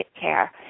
care